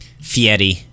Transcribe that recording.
Fieri